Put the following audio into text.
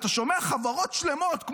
אתה שומע חברות שלמות,